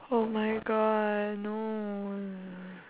oh my god no